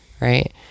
Right